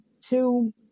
two